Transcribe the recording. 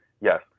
Yes